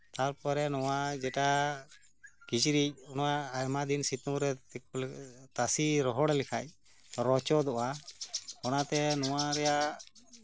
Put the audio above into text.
ᱛᱟᱨᱯᱚᱨᱮ ᱱᱚᱣᱟ ᱡᱮᱴᱟ ᱠᱤᱪᱨᱤᱪ ᱱᱚᱣᱟ ᱡᱮᱴᱟ ᱟᱭᱢᱟ ᱫᱤᱱ ᱥᱤᱛᱩᱝ ᱨᱮ ᱛᱟᱥᱮ ᱨᱚᱦᱚᱲ ᱞᱮᱠᱷᱟᱡ ᱨᱚᱪᱚᱫᱚᱜᱼᱟ ᱚᱱᱟᱛᱮ ᱱᱚᱣᱟ ᱨᱮᱭᱟᱜ